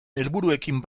helburuekin